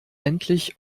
endlich